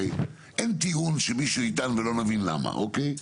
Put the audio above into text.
הרי, אין טיעון שמישהו יטען ולא נבין למה, אוקיי?